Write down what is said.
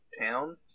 town